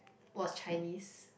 was Chinese